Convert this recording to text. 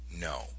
no